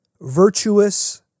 virtuous